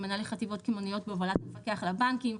עם מנהלי חטיבות קמעוניות בהובלת המפקח על הבנקים,